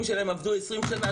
שהעובדים שלהם עבדו 20 שנה,